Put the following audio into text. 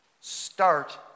Start